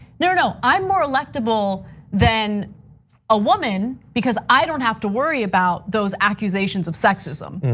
no, no, i'm more electable than a woman because i don't have to worry about those accusations of sexism.